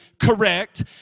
correct